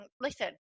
listen